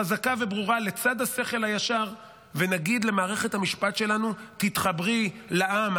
חזקה וברורה לצד השכל הישר ונגיד למערכת המשפט שלנו: תתחברי לעם.